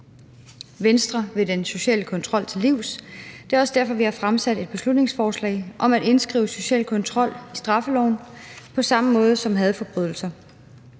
Venstre vil den sociale kontrol til livs. Det er også derfor, vi har fremsat et beslutningsforslag om at indskrive social kontrol i straffeloven på samme måde som hadforbrydelser,